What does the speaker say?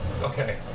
Okay